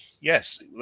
yes